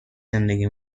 زندگی